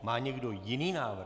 Má někdo jiný návrh?